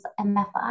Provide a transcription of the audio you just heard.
MFI